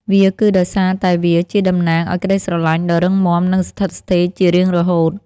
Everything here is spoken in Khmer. វាគឺដោយសារតែវាជាតំណាងឱ្យក្តីស្រឡាញ់ដ៏រឹងមាំនិងស្ថិតស្ថេរជារៀងរហូត។